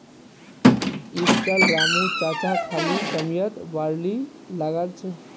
इस साल रामू चाचा खाली समयत बार्ली लगाल छ